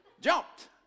jumped